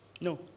No